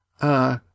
Uh